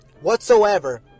whatsoever